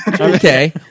Okay